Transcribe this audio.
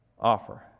offer